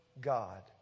God